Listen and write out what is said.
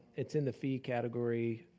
it's in the fee category.